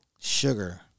sugar